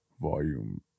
volume